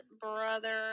brother